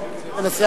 מיקרופון.